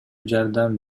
жардам